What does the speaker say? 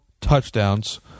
touchdowns